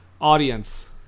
Audience